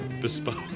bespoke